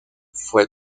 fue